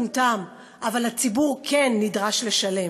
הציבור לא מטומטם, הציבור פשוט לא יודע.